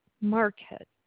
market